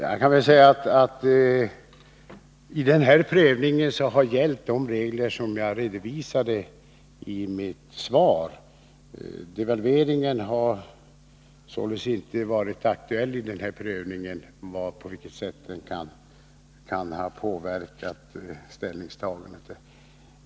Herr talman! I den här prövningen har de regler gällt som jag redovisade i mitt svar. Det har således i den här prövningen inte varit aktuellt att devalveringen skulle ha påverkat ställningstagandet.